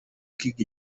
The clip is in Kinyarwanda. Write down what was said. kwigwa